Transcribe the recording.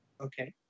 Okay